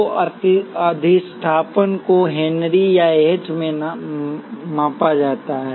तो अधिष्ठापन को हेनरी या एच में मापा जाता है